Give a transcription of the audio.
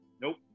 Nope